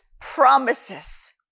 promises